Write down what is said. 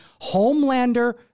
Homelander